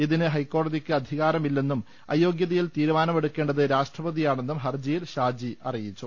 ഇതിന് ഹൈക്കോടതിയ്ക്ക് അധി കാരമില്ലെന്നും അയോഗ്യതയിൽ തീരുമാനമെടുക്കേണ്ടത് രാഷ്ട്ര പതിയാണെന്നും ഹർജിയിൽ ഷാജി അറിയിച്ചു